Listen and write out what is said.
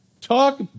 Talk